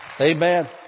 Amen